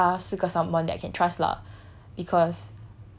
我就觉得他是个 someone that I can trust lah